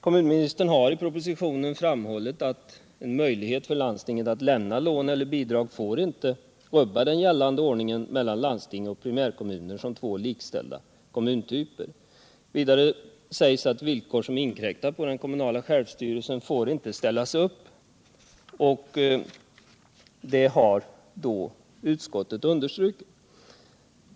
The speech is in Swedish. Kommunministern har i propositionen framhållit att en möjlighet för landstinget att lämna lån eller bidrag får inte rubba den gällande ordningen mellan landsting och primärkommun som två likställda kommuntyper. Vidare sägs att villkor som inkräktar på den kommunala självstyrelsen får inte ställas upp, och det har utskottet understrukit.